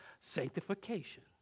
sanctification